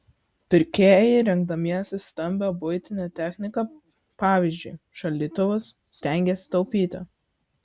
pirkėjai rinkdamiesi stambią buitinę techniką pavyzdžiui šaldytuvus stengiasi taupyti